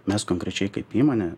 mes konkrečiai kaip įmonė